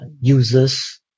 users